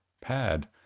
pad